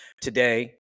Today